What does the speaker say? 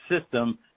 system